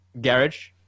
Garage